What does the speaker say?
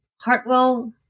Hartwell